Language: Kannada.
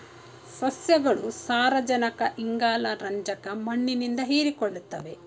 ಸಸ್ಯಗಳು ಸಾರಜನಕ ಇಂಗಾಲ ರಂಜಕ ಮಣ್ಣಿನಿಂದ ಹೀರಿಕೊಳ್ಳುತ್ತವೆ